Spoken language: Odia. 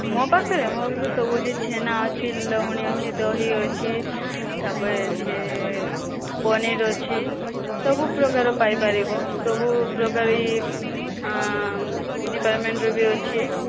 ମୋ ପାଖରେ ମୋ ପାଖରେ ସବୁ ଅଛି ଛେନା ଅଛି ଲହୁଣୀ ଅଛି ଦହି ଅଛି ତାପରେ ଅଛି ପନିର ଅଛି ସବୁପ୍ରକାର ପାଇପାରିବ ସବୁପ୍ରକାର ଏଇ ଡିପାଟମେଣ୍ଟର ବି ଅଛି